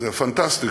זה פנטסטי,